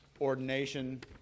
ordination